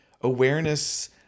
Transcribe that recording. Awareness